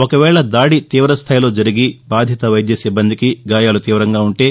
ఒకవేళ దాడి తీవస్థాయిలో జరిగి బాధిత వైద్య సిబ్బందికి గాయాలు తీవంగా ఉంటే